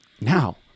Now